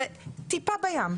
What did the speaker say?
זה טיפה בים.